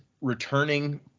returning